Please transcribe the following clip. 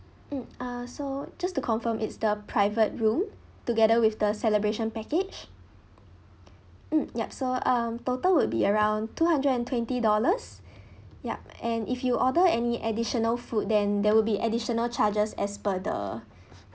mm uh so just to confirm it's the private room together with the celebration package mm yup so um total will be around two hundred and twenty dollars yup and if you order any additional food then there will be additional charges as per the